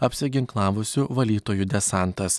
apsiginklavusių valytojų desantas